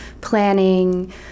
planning